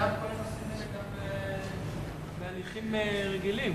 הנושאים האלה קיימים גם בהליכים רגילים.